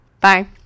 Bye